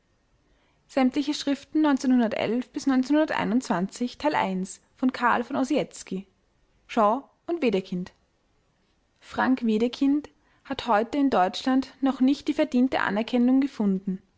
shaw und wedekind frank wedekind hat heute in deutschland noch nicht die verdiente anerkennung gefunden